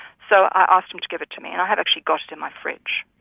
so i asked him to give it to me. and i have actually got it in my fridge.